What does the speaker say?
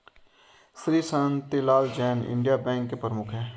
Shri Shantilal Jain Indian Bank के प्रमुख है